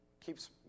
keeps